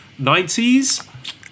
90s